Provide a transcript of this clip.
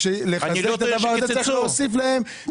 שכדי לכסות את הדבר זה צריך להוסיף להם,